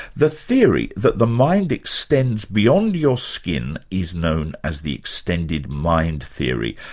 the theory that the mind extends beyond your skin is known as the extended mind theory,